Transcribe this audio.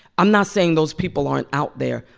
i'm not saying those people aren't out there,